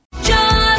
John